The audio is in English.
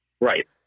right